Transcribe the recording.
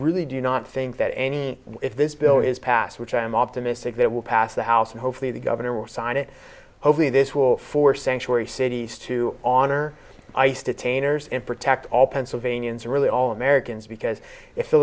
really do not think that any if this bill is passed which i'm optimistic that will pass the house and hopefully the governor will sign it hopefully this will force sanctuary cities to honor ice detainers and protect all pennsylvanians and really all americans because if